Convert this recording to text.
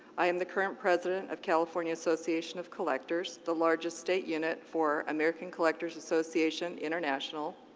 i am the current president of california association of collectors, the largest state unit for american collectors association international.